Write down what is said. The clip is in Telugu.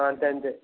అంతే అంతే